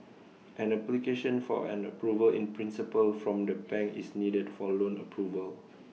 an application for an approval in principle from the bank is needed for loan approval